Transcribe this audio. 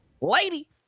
Lady